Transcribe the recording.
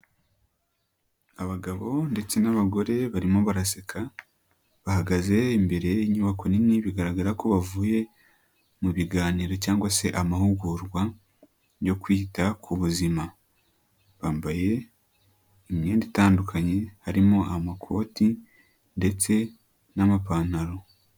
Abagabo ndetse n'abagore barimo baraseka, bahagaze imbere y'inyubako nini, bigaragara ko bavuye mu biganiro cyangwa se amahugurwa yo kwita ku buzima, bambaye imyenda itandukanye harimo amakote ndetse n'amapantaro.